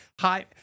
hi